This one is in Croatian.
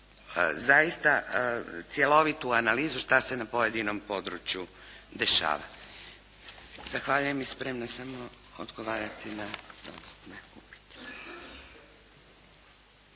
zaista cjelovitu analizu šta se na pojedinom području dešava. Zahvaljujem i spremna sam odgovarati na …